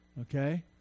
okay